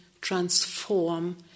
transform